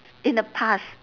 in the past